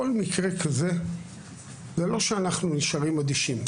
בכל מקרה כזה זה לא שאנחנו נשארים אדישים.